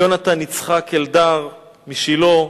יונתן יצחק אלדר משילה,